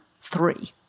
three